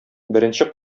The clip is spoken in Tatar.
беренче